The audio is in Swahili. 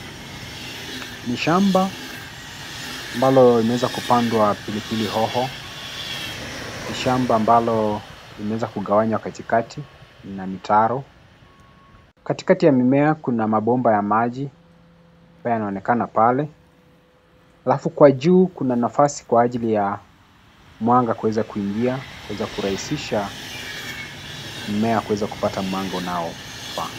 Ni shamba ambalo limeweza kupandwa pilipili hoho. Ni shamba ambalo limeweza kugawanywa katikati, na mitaro. Katikati ya mimea kuna mabomba ya maji, ambayo yanaonekana pale, alafu kwa juu kuna nafasi kwa ajili ya mwanga kuweza kuingia, kuweza kurahisisha mmea kuweza kupata mwanga unao faa.